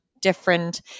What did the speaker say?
different